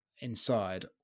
inside